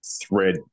thread